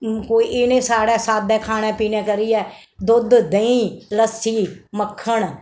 हून कोई एह् नेह् साढ़े साद्दे खाने पीने करियै दुद्ध देहीं लस्सी मक्खन